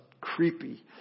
creepy